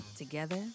Together